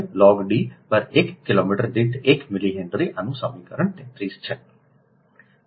4605 log d પર એક kilometre દીઠ 1 મિલી હેનરી આનું સમીકરણ 33 છે